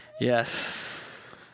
Yes